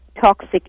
toxic